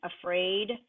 afraid